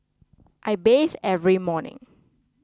I bathe every morning